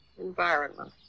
environment